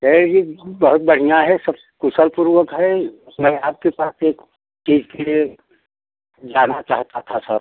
सेठ जी बहुत बढ़िया है सब कुशलपूर्वक है मैं आपके पास एक चीज़ के लिए जाना चाहता था सर